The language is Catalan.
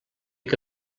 que